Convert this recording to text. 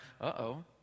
uh-oh